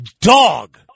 dog